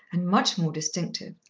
and much more distinctive.